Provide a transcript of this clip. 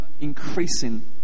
increasing